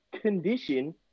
condition